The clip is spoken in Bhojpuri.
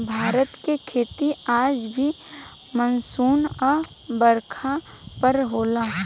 भारत के खेती आज भी मानसून आ बरखा पर होला